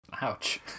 Ouch